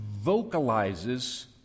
vocalizes